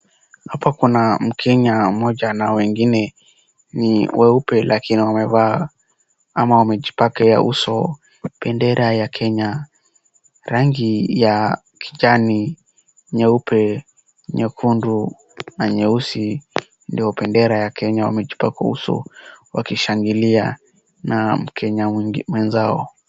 Hapa kuna mkenya mmoja na wengine ni weupe lakini wamevaa ama wamejipakia uso pendera ya Kenya. Rangi ya kijani, nyeupe, nyekundu na nyeusi ndio pendera ya kenya wamejipaka uso wakishangilia na mkenya mwenzao.